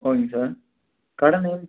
ஓகேங்க சார் கடை நேம்